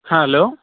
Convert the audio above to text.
hello